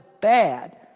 bad